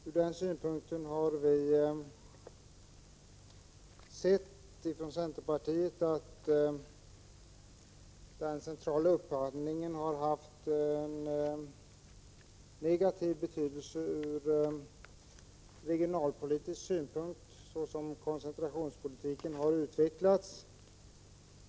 Från centerpartiets sida har vi noterat att den centrala upphandlingen haft negativ betydelse ur regionalpolitisk synpunkt, såsom koncentrationspolitiken har utvecklats.